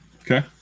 okay